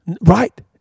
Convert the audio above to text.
Right